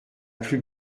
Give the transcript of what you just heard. plus